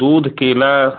दूध केला